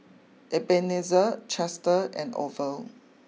Ebenezer Chester and Orvel